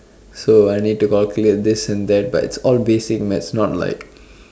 so I need to calculate this and that but it's all basic maths not like